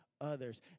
others